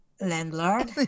Landlord